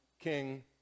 King